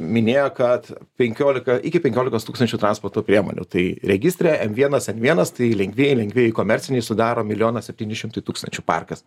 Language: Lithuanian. minėjo kad penkiolika iki penkiolikos tūkstančių priemonių tai registre n vienas n vienas tai lengvieji lengvieji komerciniai sudaro milijoną septyni šimtai tūkstančių parkas